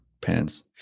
pants